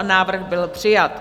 Návrh byl přijat.